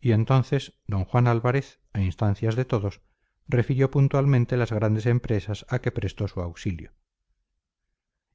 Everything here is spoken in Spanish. y entonces d juan álvarez a instancias de todos refirió puntualmente las grandes empresas a que prestó su auxilio